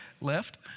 left